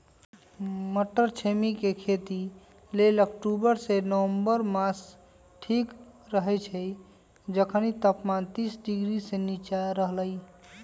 मट्टरछिमि के खेती लेल अक्टूबर से नवंबर मास ठीक रहैछइ जखनी तापमान तीस डिग्री से नीचा रहलइ